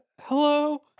hello